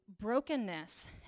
brokenness